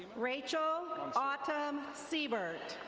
rachel autumn seibert.